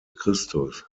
christus